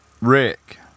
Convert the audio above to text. Rick